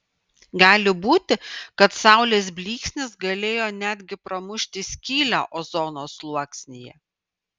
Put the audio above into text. gali būti kad saulės blyksnis galėjo netgi pramušti skylę ozono sluoksnyje